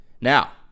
Now